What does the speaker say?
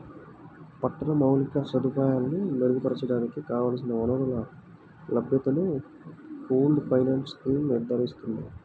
పట్టణ మౌలిక సదుపాయాలను మెరుగుపరచడానికి కావలసిన వనరుల లభ్యతను పూల్డ్ ఫైనాన్స్ స్కీమ్ నిర్ధారిస్తుంది